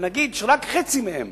ונגיד שרק חצי מהן